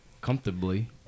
comfortably